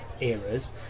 eras